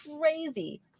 crazy